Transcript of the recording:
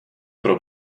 pro